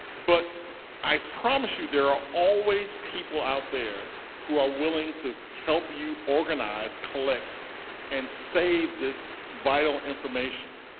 but i promise you there are always people out there who are willing to help you organize, collect and save this vital information.